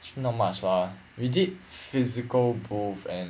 not much lah we did physical booth and